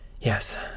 Yes